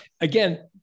Again